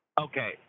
Okay